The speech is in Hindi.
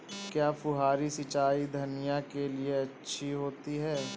क्या फुहारी सिंचाई धनिया के लिए अच्छी होती है?